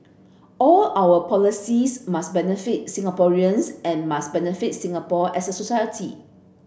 all our policies must benefit Singaporeans and must benefit Singapore as a society